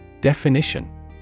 Definition